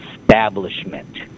establishment